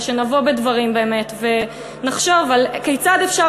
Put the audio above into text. ושנבוא בדברים באמת ונחשוב כיצד אפשר